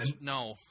No